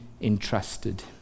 entrusted